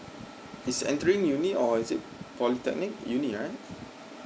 he's entering university or is it polytechnic university right